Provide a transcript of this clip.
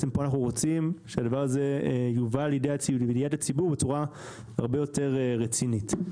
פה אנחנו רוצים שזה יובא לידיעת הציבור בצורה הרבה יותר רצינית.